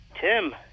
tim